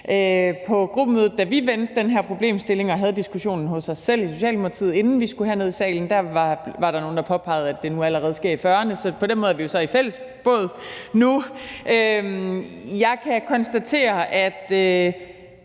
på gruppemødet, da vi vendte den her problemstilling og havde diskussionen hos os selv i Socialdemokratiet, inden vi skulle herned i salen, var der nogle, der påpegede, at det nu allerede sker i 40'erne. Så på den måde er vi så i samme båd nu. Jeg kan konstatere, at